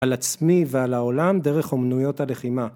על עצמי ועל העולם דרך אומנויות הלחימה.